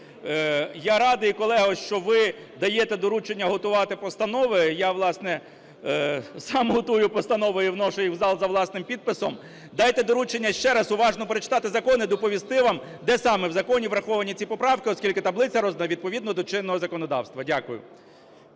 Я радий, колего, що ви даєте доручення готувати постанови, я, власне, сам готую постанови і вношу їх в зал за власним підписом. Дайте доручення ще раз уважно прочитати закон і доповісти вам, де саме в законі враховані ці поправки, оскільки таблиця роздана відповідно до чинного законодавства. Дякую.